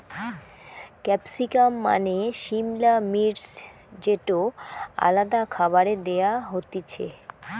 capsicum মানে সিমলা মির্চ যেটো আলাদা খাবারে দেয়া হতিছে